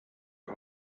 are